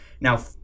Now